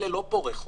אלה לא פורעי חוק.